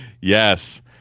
Yes